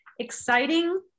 exciting